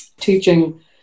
teaching